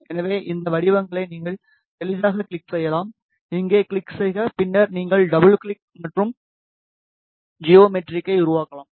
எனவே இந்த வடிவங்களை நீங்கள் எளிதாகக் கிளிக் செய்யலாம் இங்கே கிளிக் செய்க பின்னர் நீங்கள் டபுள் கிளிக் மற்றும் ஜியோமெட்ரிக்கை உருவாக்கலாம்